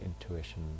intuition